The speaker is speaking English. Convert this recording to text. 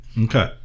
Okay